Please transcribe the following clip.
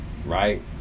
Right